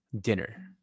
dinner